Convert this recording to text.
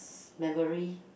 memory